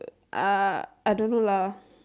uh I don't know lah